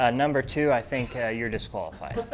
ah number two, i think ah you're disqualified.